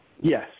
Yes